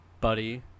buddy